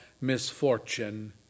misfortune